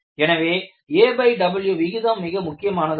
எனவே aW விகிதம் மிக முக்கியமானதாகும்